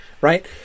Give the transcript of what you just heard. right